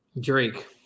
Drake